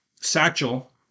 satchel